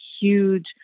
huge